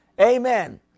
Amen